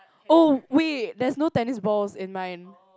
oh wait there's no tennis balls in mine